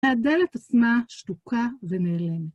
הדלת עצמה שתוקה ונעלמת.